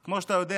כמו שאתה יודע,